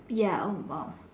ya oh !wow!